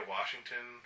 Washington